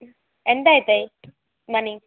ఎంత అవుతాయి మనీ